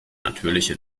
natürliche